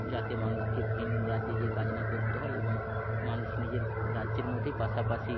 যাতে মানুষকে ভিন্ন রাজ্যে যেয়ে কাজ না করতে হয় এবং মানুষ নিজের রাজ্যের মধ্যেই পাশাপাশি